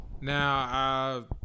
Now